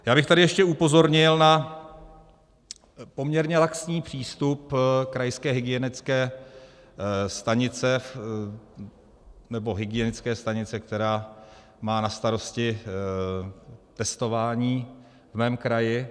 Já bych tady ještě upozornil na poměrně laxní přístup krajské hygienické stanice nebo hygienické stanice, která má na starosti testování v mém kraji.